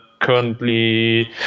currently